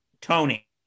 Tony